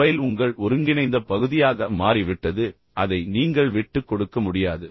mobile உங்கள் ஒருங்கிணைந்த பகுதியாக மாறிவிட்டது அதை நீங்கள் விட்டுக் கொடுக்க முடியாது